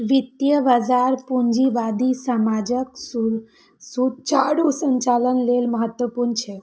वित्तीय बाजार पूंजीवादी समाजक सुचारू संचालन लेल महत्वपूर्ण छै